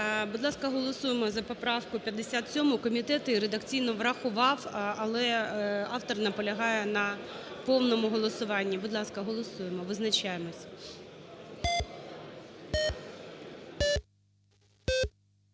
Будь ласка, голосуємо за поправку 57, комітет її редакційно врахував, але автор наполягає на повному голосуванні. Будь ласка, голосуємо, визначаємося.